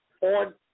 On